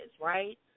right